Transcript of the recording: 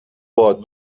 باد